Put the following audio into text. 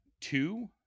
two